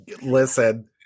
Listen